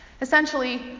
Essentially